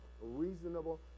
reasonable